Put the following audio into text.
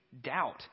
doubt